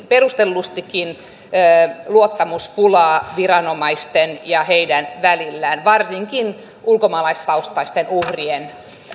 perustellustikin luottamuspulaa viranomaisten ja heidän välillään varsinkin ulkomaalaistaustaisten uhrien